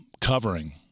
covering